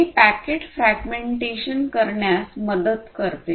हे पॅकेटफ्रॅगमेंटेशन करण्यास मदत करते